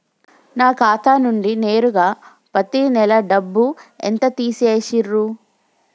నా ఖాతా నుండి నేరుగా పత్తి నెల డబ్బు ఎంత తీసేశిర్రు?